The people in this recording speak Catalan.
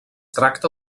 tracta